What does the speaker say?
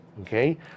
okay